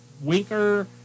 Winker